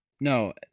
no